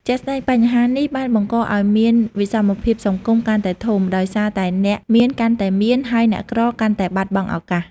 ជាក់ស្ដែង បញ្ហានេះបានបង្កឲ្យមាន វិសមភាពសង្គម កាន់តែធំ ដោយសារតែអ្នកមានកាន់តែមាន ហើយអ្នកក្រកាន់តែបាត់បង់ឱកាស។